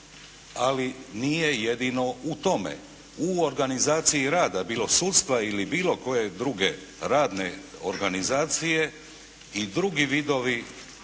ali nije jedino u tome. U organizaciji rada bilo sudstva ili bilo koje druge radne organizacije i drugi vidovi